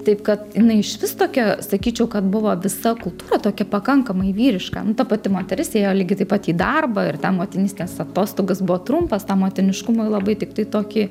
taip kad jinai išvis tokia sakyčiau kad buvo visa kultūra tokia pakankamai vyriška ta pati moteris ėjo lygiai taip pat į darbą ir ten motinystės atostogos buvo trumpos tą motiniškumą labai tiktai tokį